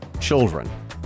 children